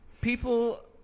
people